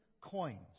coins